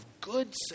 good